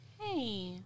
Hey